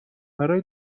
برا